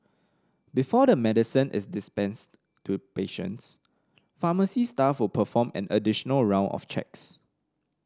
before the medicine is dispensed to patients pharmacy staff will perform an additional round of checks